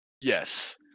Yes